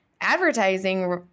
Advertising